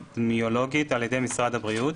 האפידמיולוגית על ידי משרד הבריאות,